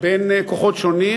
בין כוחות שונים,